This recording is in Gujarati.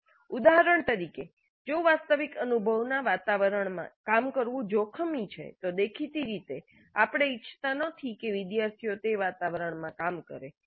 ઉદાહરણ તરીકે જો વાસ્તવિક અનુભવમાં વાતાવરણમાં કામ કરવું જોખમી છે તો દેખીતી રીતે આપણે ઈચ્છતા નથી કે વિદ્યાર્થીઓ તે વાતાવરણમાં કામ કરે